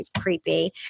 creepy